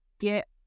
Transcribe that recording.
get